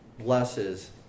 blesses